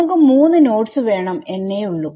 നമുക്ക് 3 നോഡ്സ് വേണം എന്നേയുള്ളൂ